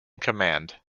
command